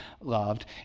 loved